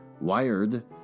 Wired